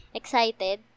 excited